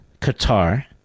Qatar